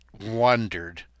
wondered